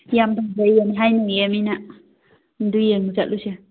ꯌꯥꯝ ꯐꯖꯩꯑꯅ ꯍꯥꯏꯅꯩꯌꯦ ꯃꯤꯅ ꯑꯗꯨ ꯌꯦꯡꯕ ꯆꯠꯂꯨꯁꯦ